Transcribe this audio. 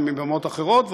ומבמות אחרות.